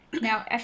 Now